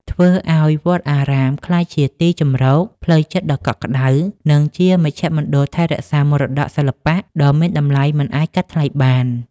ធ្វើឱ្យវត្តអារាមក្លាយជាទីជម្រកផ្លូវចិត្តដ៏កក់ក្តៅ និងជាមជ្ឈមណ្ឌលថែរក្សាមរតកសិល្បៈដ៏មានតម្លៃមិនអាចកាត់ថ្លៃបាន។